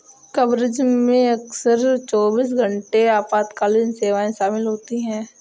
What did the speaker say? coverage में अक्सर चौबीस घंटे आपातकालीन सेवाएं शामिल होती हैं